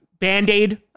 Band-Aid